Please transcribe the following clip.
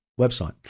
website